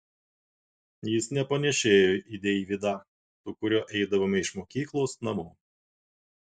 jis nepanėšėjo į deividą su kuriuo eidavome iš mokyklos namo